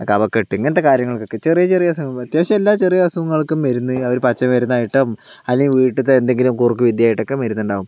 കഫക്കെട്ട് ഇങ്ങനത്തെ കാര്യങ്ങൾക്കൊക്കെ ചെറിയ ചെറിയ അസുഖങ്ങൾക്ക് അത്യാവിശ്യം എല്ലാ ചെറിയ അസുഖങ്ങൾക്കും മരുന്ന് അത് പച്ചമരുന്ന് ആയിട്ടും അല്ലെങ്കിൽ വീട്ടിലത്തെ എന്തെങ്കിലും കുറുക്കു വിദ്യ ആയിട്ടൊക്കെ മരുന്നുണ്ടാകും